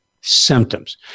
symptoms